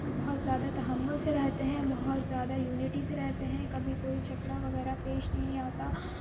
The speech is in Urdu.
بہت زیادہ تحمل سے رہتے ہیں بہت زیادہ یونیٹی سے رہتے ہیں کبھی کوئی جھگڑا وغیرہ پیش نہیں آتا